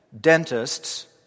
dentists